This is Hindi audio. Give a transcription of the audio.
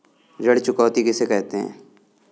ऋण चुकौती किसे कहते हैं?